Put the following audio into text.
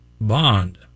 Bond